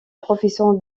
profession